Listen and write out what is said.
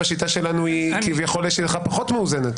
השיטה שלנו היא כביכול לשיטתך פחות מאוזנת.